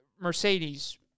Mercedes